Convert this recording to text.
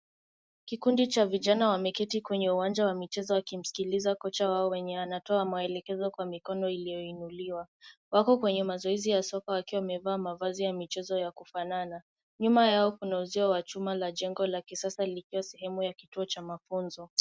Kikundi cha vijana wameketi kwenye uwanja wa michezo wakimskiliza kocha wao mwenye anatoa maelekezo kwa mikono iliyoinuliwa. Wako kwenye mazoezi ya soka wakiwa wamevaa mavazi ya michezo ya kufanana. Nyuma yao kuna uzio wa chuma na jengo la kisasa likiwa sehemu ya kituo cha mafunzo.